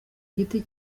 giti